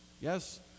Yes